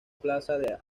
plaza